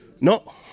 No